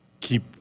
keep